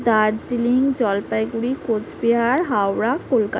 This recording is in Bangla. দার্জিলিং জলপাইগুড়ি কোচবিহার হাওড়া কলকা